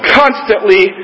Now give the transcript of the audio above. constantly